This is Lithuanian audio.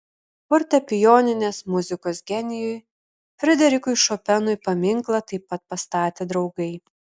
fortepijoninės muzikos genijui frederikui šopenui paminklą taip pat pastatė draugai